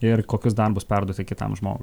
ir kokius darbus perduoti kitam žmogui